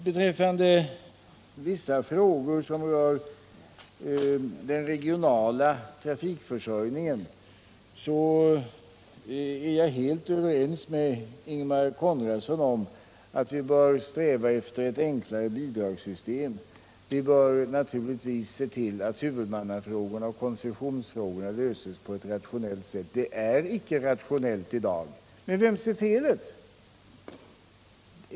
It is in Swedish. Beträffande vissa frågor som rör den regionala trafikförsörjningen är jag helt överens med Ingemar Konradsson om att vi bör sträva efter ett enklare bidragssystem. Vi bör naturligtvis se till att huvudmannafrågorna och koncessionsfrågorna löses på ett rationellt sätt. Det är inte rationellt i dag. Men vems är felet?